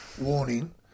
warning